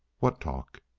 what talk?